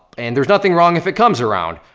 and there's nothing wrong if it comes around.